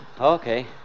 Okay